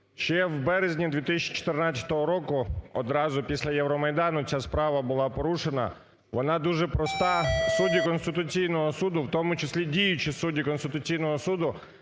Ще в березні 2014 року, одразу після Євромайдану, ця справа була порушена. Вона дуже проста. Судді Конституційного Суду, в тому числі діючі судді Конституційного Суду